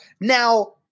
Now